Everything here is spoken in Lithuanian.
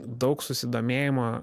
daug susidomėjimo